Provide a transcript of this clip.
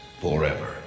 forever